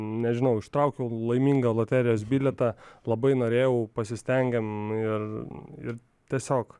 nežinau ištraukiau laimingą loterijos bilietą labai norėjau pasistengėm ir tiesiog